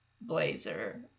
blazer